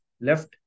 left